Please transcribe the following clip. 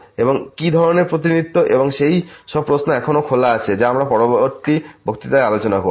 এবং কি ধরনের প্রতিনিধিত্ব এবং সেই সব প্রশ্ন এখনও খোলা আছে যা আমরা পরবর্তী বক্তৃতায় আলোচনা করব